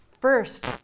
First